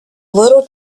little